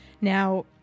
now